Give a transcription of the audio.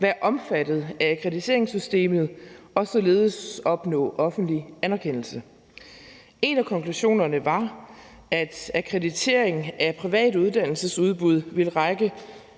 være omfattet af akkrediteringssystemet og således opnå offentlig anerkendelse. En af konklusionerne var, at akkreditering af private uddannelsesudbud ville